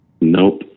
Nope